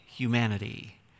humanity